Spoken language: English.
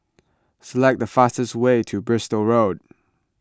select the fastest way to Bristol Road